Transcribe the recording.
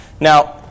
now